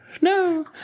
No